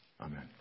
amen